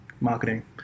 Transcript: marketing